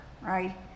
right